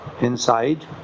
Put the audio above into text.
inside